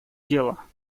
дела